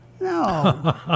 No